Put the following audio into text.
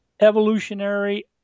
evolutionary